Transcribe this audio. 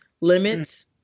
limits